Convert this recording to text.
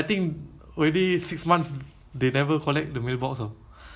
so the new tenant have to keep the mail ah